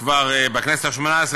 כבר בכנסת השמונה-עשרה,